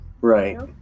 Right